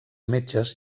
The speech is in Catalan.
metges